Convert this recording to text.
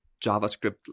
JavaScript